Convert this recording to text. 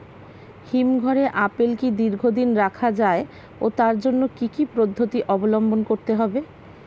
হিমঘরে আপেল কি দীর্ঘদিন রাখা যায় ও তার জন্য কি কি পদ্ধতি অবলম্বন করতে হবে?